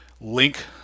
link